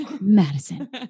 Madison